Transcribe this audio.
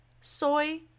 Soy